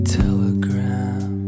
telegram